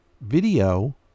video